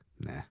nah